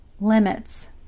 limits